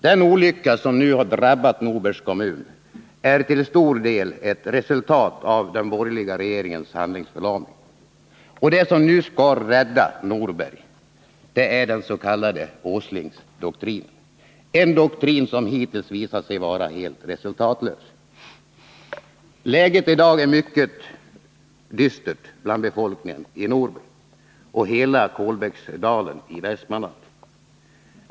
Den olycka som nu har drabbat Norbergs kommun är till stor del. ett resultat av den borgerliga regeringens handlingsförlamning. Det som nu skall rädda Norberg är den s.k. Åslingdoktrinen, en doktrin som hittills visat sig vara helt resultatlös. Läget i dag är mycket dystert för befolkningen i Norberg och för hela Kolbäcksdalen i Västmanland.